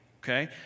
Okay